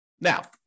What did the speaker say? Now